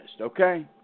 okay